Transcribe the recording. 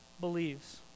believes